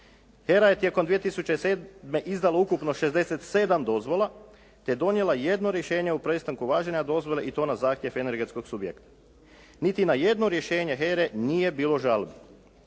HERA je tijekom 2007. izdala ukupno 67 dozvola te donijela jedno rješenje o prestanku važenja dozvole i to na zahtjev energetskog subjekta. Niti na jedno rješenje HERA-e nije bilo žalbi.